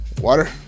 water